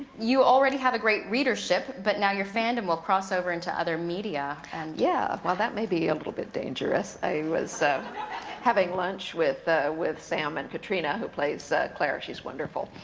you already have a great readership, but now your fandom will cross over into other media. and yeah, well that may be a little bit dangerous. i was having lunch with ah with sam and katrina, who plays claire, she's wonderful,